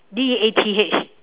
D E A T H